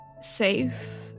safe